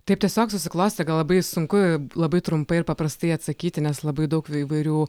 taip tiesiog susiklostė gal labai sunku labai trumpai ir paprastai atsakyti nes labai daug įvairių